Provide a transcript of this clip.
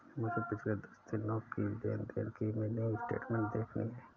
मुझे पिछले दस दिनों की लेन देन की मिनी स्टेटमेंट देखनी है